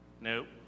Nope